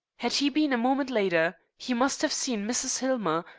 had he been a moment later he must have seen mrs. hillmer,